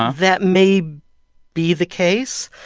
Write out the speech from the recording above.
that may be the case.